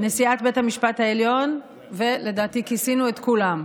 נשיאת בית המשפט העליון, ולדעתי כיסינו את כולם.